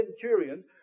centurions